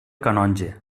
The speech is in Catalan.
canonge